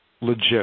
legit